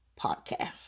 Podcast